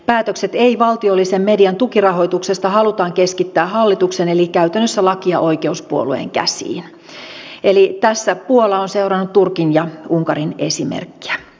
päätökset ei valtiollisen median tukirahoituksesta halutaan keskittää hallituksen eli käytännössä laki ja oikeus puolueen käsiin eli tässä puola on seurannut turkin ja unkarin esimerkkiä